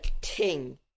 ting